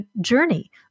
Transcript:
journey